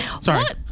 Sorry